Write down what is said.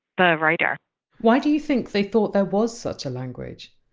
the writer why do you think they thought there was such a language?